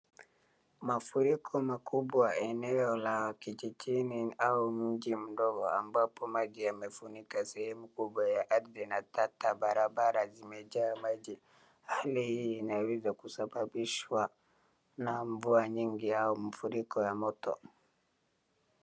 Mafuriko makubwa eneo la kijijini au mji mdogo ambapo maji yamefunika sehemu kubwa ya ardhi na ata barabara zimejaa maji. Hali hii inaweza kusababishwa na mvua nyingi au mafuriko ya moto.